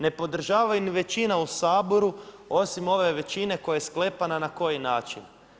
Ne podražava ni većina u Saboru, osim ove većine koja je sklepana na koji način?